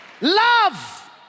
Love